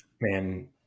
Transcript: man